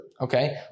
okay